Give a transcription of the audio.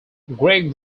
gregg